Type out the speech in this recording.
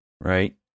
right